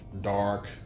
Dark